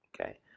okay